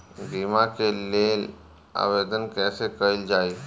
बीमा के लेल आवेदन कैसे कयील जाइ?